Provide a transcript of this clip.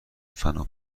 فنا